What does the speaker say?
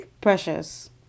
Precious